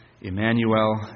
Emmanuel